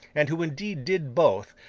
and who indeed did both,